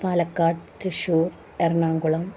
Palakkad Thrissur Ernakulam